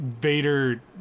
Vader